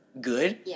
good